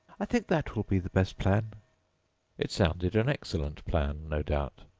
i think that will be the best plan it sounded an excellent plan, no doubt,